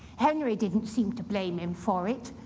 henry didn't seem to blame him for it.